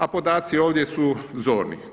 A podaci ovdje su zorni.